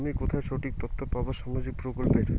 আমি কোথায় সঠিক তথ্য পাবো সামাজিক প্রকল্পের?